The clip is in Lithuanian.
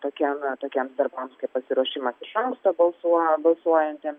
tokiem tokiems darbams kaip pasiruošimas iš anksto balsuo balsuojantiem